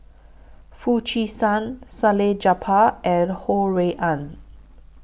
Foo Chee San Salleh Japar and Ho Rui An